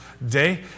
day